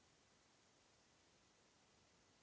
Hvala.